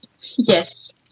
Yes